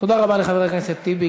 תודה רבה לחבר הכנסת טיבי,